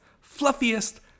fluffiest